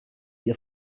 ihr